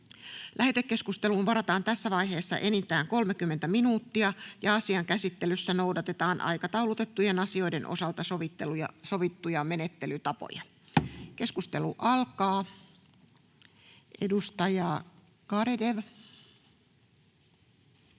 Lähetekeskusteluun varataan tässä vaiheessa enintään 30 minuuttia. Asian käsittelyssä noudatetaan aikataulutettujen asioiden osalta sovittuja menettelytapoja. — Keskustelu alkaa. Edustaja Garedew.